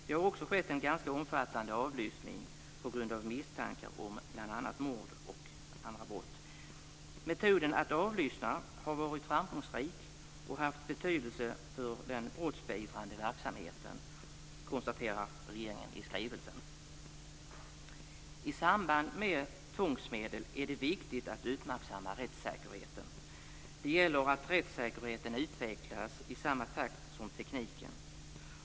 Det har också skett en ganska omfattande avlyssning på grund av misstankar om bl.a. mord och andra brott. Metoden att avlyssna har varit framgångsrik och har haft betydelse för den brottsbeivrande verksamheten, konstaterar regeringen i skrivelsen. I samband med tvångsmedel är det viktigt att uppmärksamma rättssäkerheten. Det gäller att rättssäkerheten utvecklas i samma takt som tekniken.